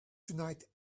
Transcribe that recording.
tonight